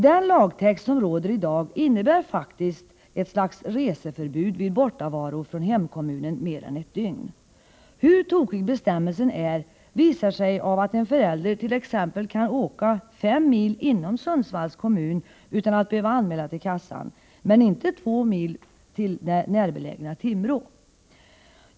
Den lagtext, som gäller i dag, innebär faktiskt ett slags reseförbud vid bortavaro från hemkommunen mer än ett dygn. Hur tokig bestämmelsen är, visar sig av att en förälder t.ex. kan åka fem mil inom Sundsvalls kommun utan att behöva anmäla till kassan men inte två mil till det närbelägna Timrå.